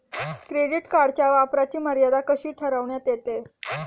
Credit कार्डच्या वापराची मर्यादा कशी ठरविण्यात येते?